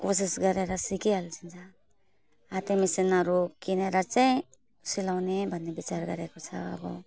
कोसिस गरेर सिकिहालिन्छ हाते मेसिनहरू किनेर चाहिँ सिलाउने भन्ने विचार गरेको छ अब